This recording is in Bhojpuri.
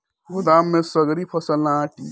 गोदाम में सगरी फसल ना आटी